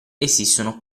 esistono